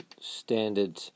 Standard